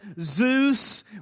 Zeus